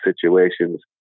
situations